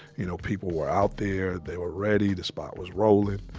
you know, people were out there. they were ready. the spot was rollin'.